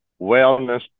wellness